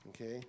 okay